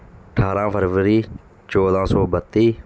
ਅਠਾਰਾਂ ਫਰਵਰੀ ਚੌਦਾਂ ਸੌ ਬੱਤੀ